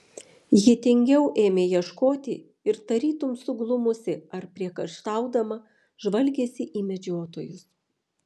ji tingiau ėmė ieškoti ir tarytum suglumusi ar priekaištaudama žvalgėsi į medžiotojus